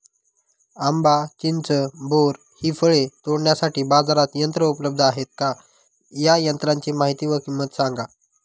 आंबा, चिंच, बोर हि फळे तोडण्यासाठी बाजारात यंत्र उपलब्ध आहेत का? या यंत्रांची माहिती व किंमत सांगा?